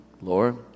Lord